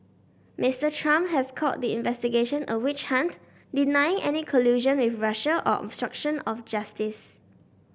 Mister Trump has called the investigation a witch hunt deny any collusion with Russia or obstruction of justice